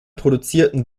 produzierten